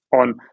on